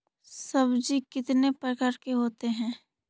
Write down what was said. सब्जी कितने प्रकार के होते है?